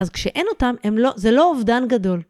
אז כשאין אותם זה לא אובדן גדול.